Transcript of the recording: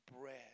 bread